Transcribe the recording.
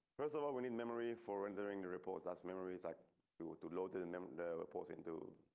first of all we need memory for rendering the report. that's memories like to to load in and the report into.